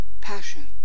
passion